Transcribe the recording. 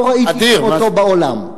לא ראיתי כמותו בעולם,